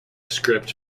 script